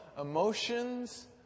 emotions